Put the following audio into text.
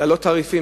להעלות תעריפים.